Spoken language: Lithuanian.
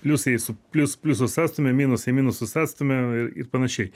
pliusai su plius pliusus atstumia minusai minusus atstumia ir panašiai